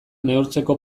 neurtzeko